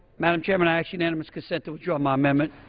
madam chairman, i ask unanimous consent to withdraw my amendment.